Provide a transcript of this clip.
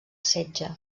setge